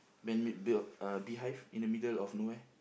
man-made build uh beehive in the middle of nowhere